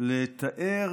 לתאר